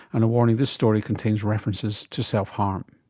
and a warning, this story contains references to self-harm.